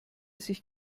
sich